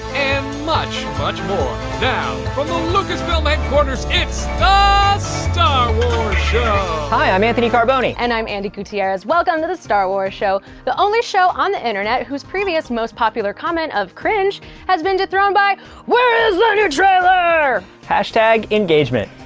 and much, much more now, from the lucasfilm headquarters it's the ah star wars show! hi i'm anthony carboni and i'm andi gutierrez, welcome to the star wars show, the only show on the internet whose previous most popular comment of cringe has been dethroned by where is the new trailer! hashtag engagement.